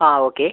അ okay